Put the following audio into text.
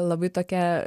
labai tokia